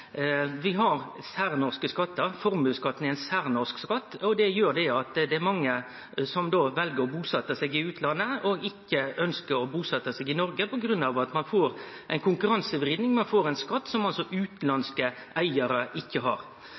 vi har særnorske skattar. Formuesskatten er ein særnorsk skatt, og det gjer at det er mange som vel å busetje seg i utlandet og ikkje ønskjer å busetje seg i Noreg, på grunn av at ein får ei konkurransevriding, ein får ein skatt som altså utanlandske eigarar ikkje har.